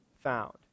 found